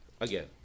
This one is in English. Again